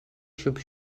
xup